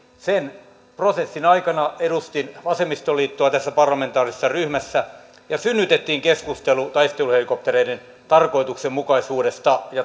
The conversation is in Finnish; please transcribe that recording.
sen prosessin aikana edustin vasemmistoliittoa tässä parlamentaarisessa ryhmässä ja synnytettiin keskustelu taisteluhelikoptereiden tarkoituksenmukaisuudesta ja